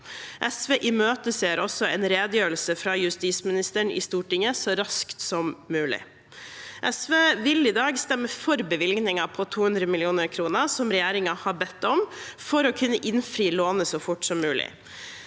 SV imøteser også en redegjørelse fra justisministeren i Stortinget så raskt som mulig. SV vil i dag stemme for bevilgningen på 200 mill. kr som regjeringen har bedt om, for å kunne innfri lånet så fort som mulig.